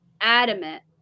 adamant